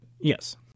Yes